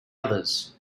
others